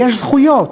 ויש זכויות.